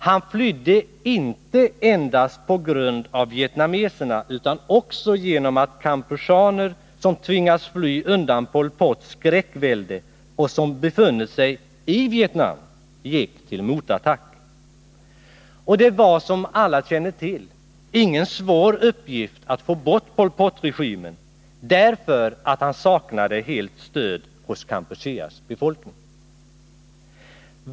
Han flydde inte endast på grund av vietnameserna utan också på grund av att kampucheaner som tvingats fly undan Pol Pots skräckvälde och som befunnit sig i Vietnam nu gick till motattack. Det var, som alla känner till, ingen svår uppgift att få bort Pol Pot-regimen — Pol Pot saknade helt stöd hos Kampucheas befolkning.